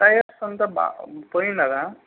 tyres అంతా బాగా పోయిందా